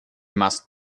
must